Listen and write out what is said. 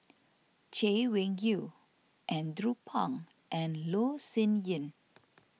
Chay Weng Yew Andrew Phang and Loh Sin Yun